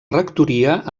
rectoria